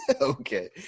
Okay